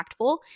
impactful